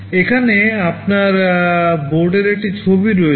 এখানে আপনার বোর্ডের একটি ছবি রয়েছে